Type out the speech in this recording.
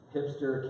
Hipster